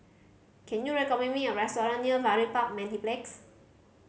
can you recommend me a restaurant near Farrer Park Mediplex